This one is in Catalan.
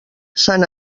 sant